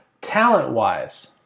talent-wise